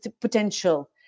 potential